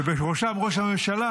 ובראשם ראש הממשלה,